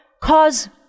cause